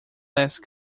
last